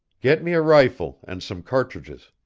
get me a rifle and some cartridges.